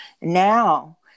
Now